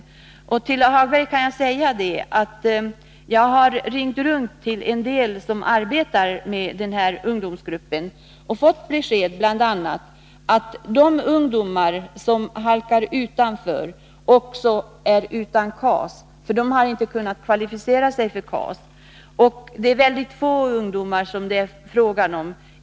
Jag kan till herr Hagberg säga att jag har ringt runt till en del som arbetar med ungdomsgruppen i fråga och bl.a. fått beskedet att de ungdomar som hamnar utanför KAS är sådana som inte heller har kvalificerat sig för KAS. Det är mycket få ungdomar som det är fråga om.